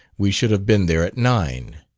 we should have been there at nine.